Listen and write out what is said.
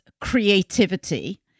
creativity